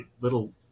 little